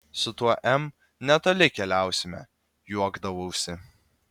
su tuo m netoli keliausime juokdavausi